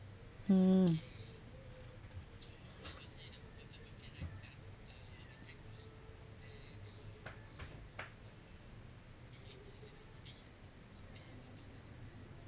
mm